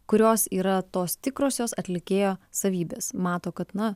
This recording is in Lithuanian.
kurios yra tos tikrosios atlikėjo savybės mato kad na